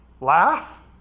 laugh